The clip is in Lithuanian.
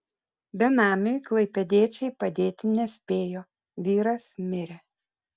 benamiui klaipėdiečiai padėti nespėjo vyras mirė